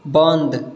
बन्द